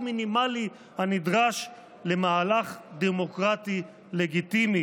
המינימלי הנדרש למהלך דמוקרטי לגיטימי.